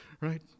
right